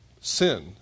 sin